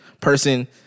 person